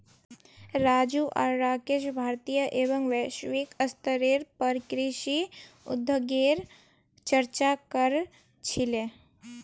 राजू आर राकेश भारतीय एवं वैश्विक स्तरेर पर कृषि उद्योगगेर चर्चा क र छीले